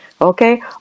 Okay